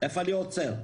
איפה אני עוצר?